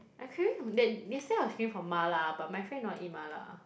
I craving that yesterday I was craving for mala but my friend don't want to eat mala